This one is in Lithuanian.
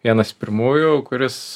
vienas pirmųjų kuris